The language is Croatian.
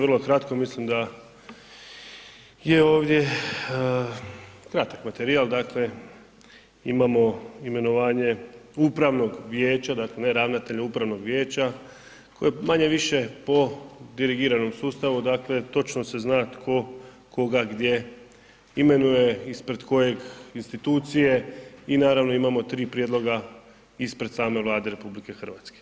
Vrlo kratko, mislim da je ovdje kratak materijal, dakle, imamo imenovanje upravnog vijeća, znači ne ravnatelja upravnog vijeća koji manje-više po dirigiranom sustavu, dakle točno se zna tko koga gdje imenuje ispred kojeg institucije i naravno imamo 3 prijedloga ispred same Vlade RH.